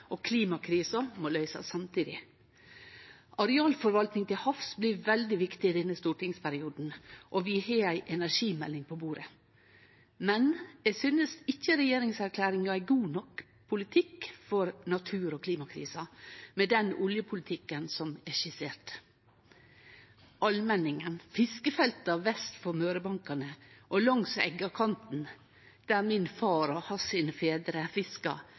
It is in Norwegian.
og klimakrisa må løysast samtidig. Arealforvalting til havs blir veldig viktig i denne stortingsperioden, og vi har ei energimelding på bordet. Men eg synest ikkje regjeringserklæringa er god nok politikk for natur- og klimakrisa med den oljepolitikken som er skissert. Allmenningen, fiskefelta vest for Mørebankane og langs Eggakanten, der min far og hans far fiska,